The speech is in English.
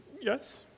yes